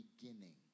beginning